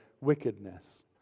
wickedness